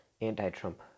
anti-Trump